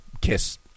Kiss